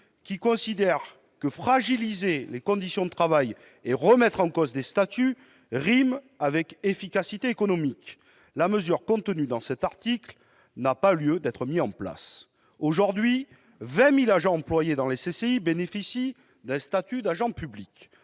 qui considère que fragiliser les conditions de travail et remettre en cause des statuts rime avec efficacité économique, la mesure contenue dans cet article n'a pas lieu d'être mise en place. Aujourd'hui, 20 000 agents employés dans les CCI bénéficient d'un statut d'agent public.